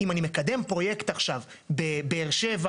אם אני מקדם פרויקט עכשיו בבאר שבע,